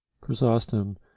chrysostom